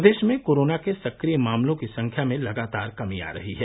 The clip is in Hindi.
प्रदेश में कोरोना के सक्रिय मामलों की संख्या में लगातार कमी आ रही है